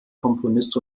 komponist